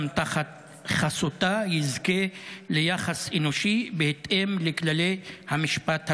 תחת חסותה יזכה ליחס אנושי בהתאם לכללי המשפט הבין-לאומי.